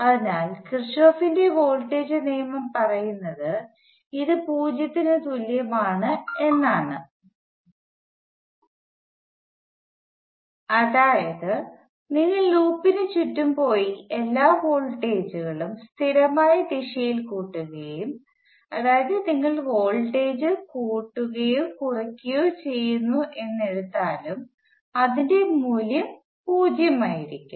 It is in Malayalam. അതിനാൽ കിർചോഫിന്റെ വോൾട്ടേജ് നിയമം പറയുന്നത് ഇത് 0 ന് തുല്യമാണ് എന്നാണ് അതായത് നിങ്ങൾ ലൂപ്പിനുചുറ്റും പോയി എല്ലാ വോൾട്ടേജുകളും സ്ഥിരമായ ദിശയിൽ കൂട്ടുകയും അതായത് നിങ്ങൾ വോൾടേജ് കൂടുകയോ കുറയുകയോ ചെയുന്നു എന്ന് എടുത്താലും അതിന്റെ മൂല്യം പൂജ്യം ആയിരിക്കും